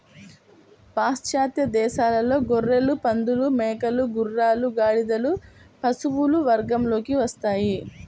పాశ్చాత్య దేశాలలో గొర్రెలు, పందులు, మేకలు, గుర్రాలు, గాడిదలు పశువుల వర్గంలోకి వస్తాయి